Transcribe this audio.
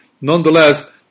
nonetheless